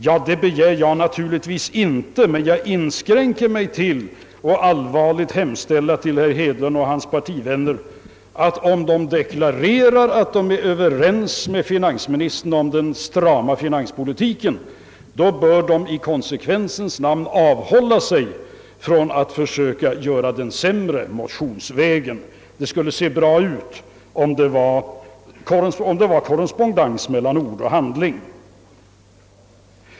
Nej det begär jag inte. Jag inskränker mig till att allvarligt hemställa till herr Hedlund och hans partivänner att de — om de nu deklarerar att de är överens med finansministern om den strama finanspolitiken — i konsekvensens namn avhåller sig från att motionsvägen försöka göra denna politik sämre. Det skulle se bra ut om det var korrespondens mellan ord och handling.